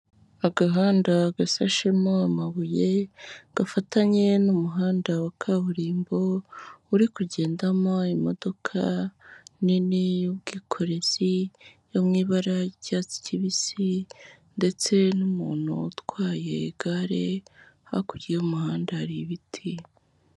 Agahanda gasashemo amabuye gafatanye n'umuhanda wa kaburimbo uri kugendamo imodoka nini y'ubwikorezi yo mu ibara ry'icyatsi kibisi ndetse n'umuntu utwaye igare, hakurya y'umuhanda hari ibiti.